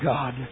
God